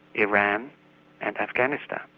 iran and afghanistan.